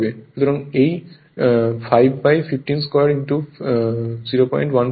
সুতরাং এটি 5 বাই 15 2 0153 হবে